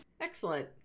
excellent